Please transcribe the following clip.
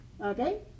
okay